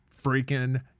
freaking